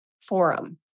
forum